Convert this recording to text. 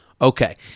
okay